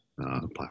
platform